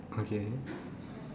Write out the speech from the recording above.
okay